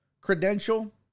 credential